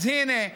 אז הינה,